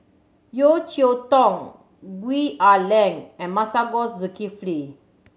Yeo Cheow Tong Gwee Ah Leng and Masagos Zulkifli